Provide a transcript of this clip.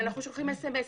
סמ"סים,